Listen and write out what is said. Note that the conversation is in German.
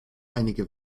einige